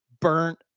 burnt